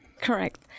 Correct